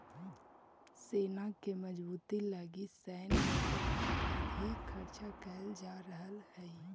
सेना के मजबूती लगी सैन्य बजट में अधिक खर्च कैल जा रहल हई